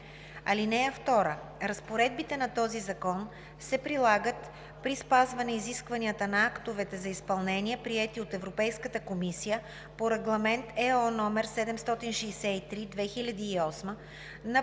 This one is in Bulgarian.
г.). (2) Разпоредбите на този закон се прилагат при спазване изискванията на актовете за изпълнение, приети от Европейската комисия по Регламент (ЕО) № 763/2008 на